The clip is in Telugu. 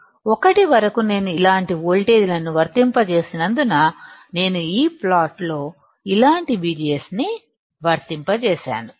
6 5 4 1 వరకు నేను ఇలాంటి వోల్టేజ్లను వర్తింపజేసినందున నేను ఈ ప్లాట్లో ఇలాంటి VGS ని వర్తింపజేసాను